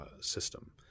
system